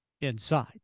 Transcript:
Inside